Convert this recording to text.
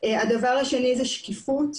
הדבר השני הוא שקיפות,